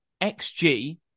XG